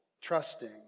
trusting